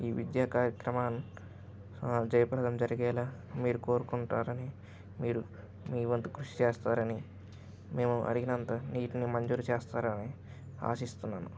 ఈ విద్యా కార్యక్రమాన్ని జయప్రదం జరిగేలాగ మీరు కోరుకుంటారని మీరు మీ వంతు కృషి చేస్తారని మేము అడిగినంత నీటిని మంజూరు చేస్తారని ఆశిస్తున్నాను